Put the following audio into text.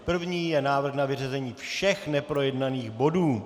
První je návrh na vyřazení všech neprojednaných bodů.